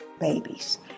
babies